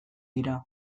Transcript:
dira